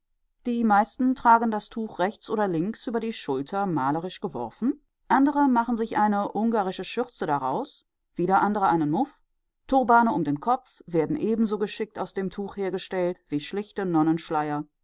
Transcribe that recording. die meisten tragen das tuch rechts oder links über die schulter malerisch geworfen andere machen sich eine ungarische schürze daraus wieder andere eine muff turbane um den kopf werden ebenso geschickt aus dem tuch hergestellt wie schlichte